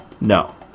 No